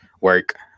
work